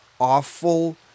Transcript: Awful